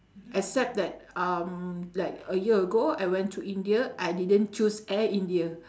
except that um like a year ago I went to india I didn't choose air india